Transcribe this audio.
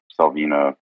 salvina